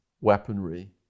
weaponry